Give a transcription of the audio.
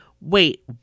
Wait